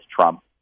Trump